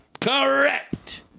Correct